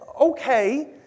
Okay